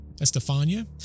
Estefania